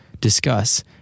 discuss